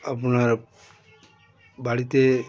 আপনার বাড়িতে